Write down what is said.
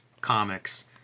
comics